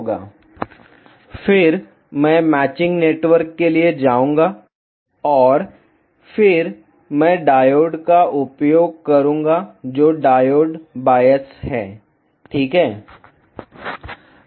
vlcsnap 2018 09 20 14h56m53s017 फिर मैं matching network के लिए जाऊंगा और फिर मैं डायोड का उपयोग करूंगा जो डायोड बायस है ठीक है